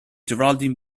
geraldine